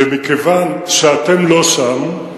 ומכיוון שאתם לא שם,